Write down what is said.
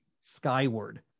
skyward